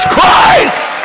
Christ